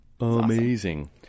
amazing